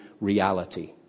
reality